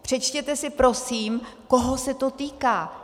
Přečtěte si prosím, koho se to týká!